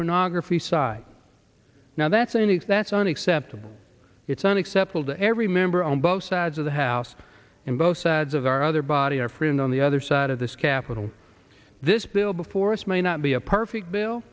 pornography side now that's a nice that's unacceptable it's unacceptable to every member on both sides of the house and both sides of our other body are free and on the other side of this capitol this bill before us may not be a perfect bill